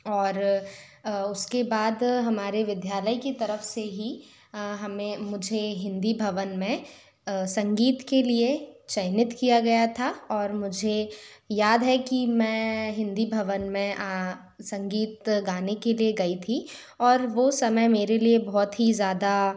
और उसके बाद हमारे विद्यालय की तरफ से ही हमें मुझे हिंदी भवन में संगीत के लिए चयनित किया गया था और मुझे याद है कि मैं हिंदी भवन में संगीत गाने के लिए गई थी और वो समय मेरे लिए बहुत ही ज़्यादा